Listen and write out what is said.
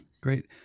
Great